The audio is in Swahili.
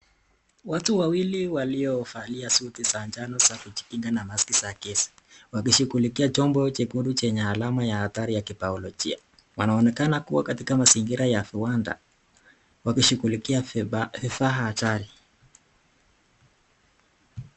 Watu wawili waliovalia Suti za njano za kujikinga na maski za gesi, wakishugulikia chombo chekundu chenye alama ya hatari ya kibaologia, wanaonekana kwenye mazingira ya viwanda, wakishugulikia vifaa hatari.